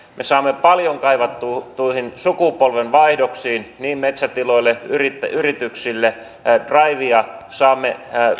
me saamme paljon kaivattuihin sukupolvenvaihdoksiin niin metsätiloille kuin yrityksille draivia saamme